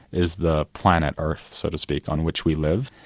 is the planet earth, so to speak, on which we live.